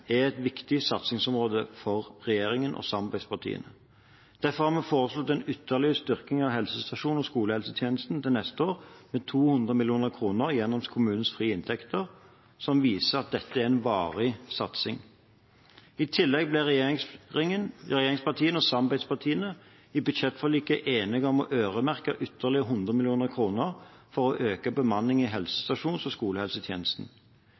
er et viktig satsingsområde for regjeringen og samarbeidspartiene. Derfor har vi foreslått en ytterligere styrking av helsestasjons- og skolehelsetjenesten neste år med 200 mill. kr gjennom kommunenes frie inntekter, som viser at dette er en varig satsing. I tillegg ble regjeringspartiene og samarbeidspartiene i budsjettforliket enige om å øremerke ytterligere 100 mill. kr for å øke bemanningen i helsestasjons- og skolehelsetjenesten.